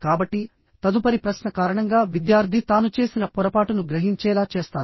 కాబట్టి తదుపరి ప్రశ్న కారణంగా విద్యార్థి తాను చేసిన పొరపాటును గ్రహించేలా చేస్తాను